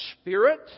Spirit